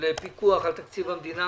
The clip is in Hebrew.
פיקוח על תקציב המדינה.